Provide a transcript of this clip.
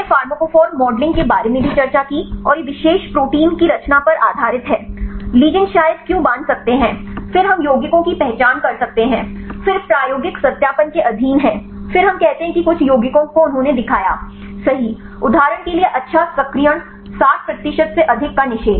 हमने pharmacophore modelling के बारे में भी चर्चा की और यह विशेष प्रोटीन की रचना पर आधारित है लिगैंड शायद क्यों बांध सकते हैं फिर हम यौगिकों की पहचान कर सकते हैं फिर प्रायोगिक सत्यापन के अधीन हैं फिर हम कहते हैं कि कुछ यौगिकों को उन्होंने दिखाया सही उदाहरण के लिए अच्छा सक्रियण 60 प्रतिशत से अधिक का निषेध